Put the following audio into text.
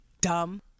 dumb